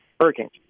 Hurricanes